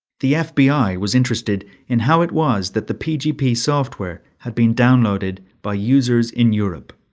the fbi was interested in how it was that the pgp software had been downloaded by users in europe.